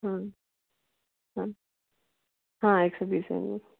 हाँ हाँ एक सौ बीस रुपये में